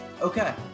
Okay